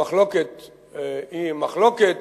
המחלוקת היא מחלוקת,